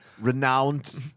renowned